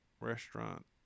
restaurant